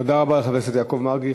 תודה רבה לחבר הכנסת יעקב מרגי.